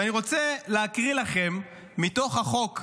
ואני רוצה להקריא לכם מתוך החוק,